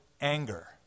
anger